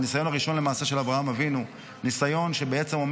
הניסיון הראשון למעשה של אברהם אבינו,